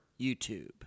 YouTube